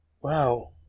Wow